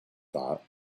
thought